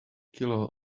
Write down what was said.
kilo